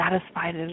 satisfied